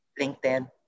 LinkedIn